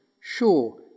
Sure